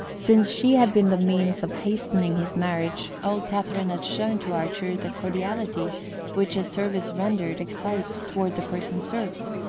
since she had been the means of hastening his marriage old catherine had shown to archer the cordiality which a service rendered excites toward the person served.